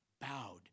bowed